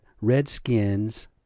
redskins